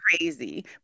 crazy